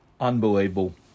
Unbelievable